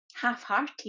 half-hearted